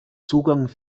zugang